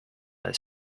del